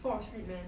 fall asleep man